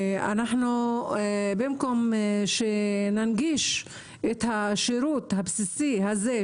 במקום שננגיש את השירות הבסיסי הזה,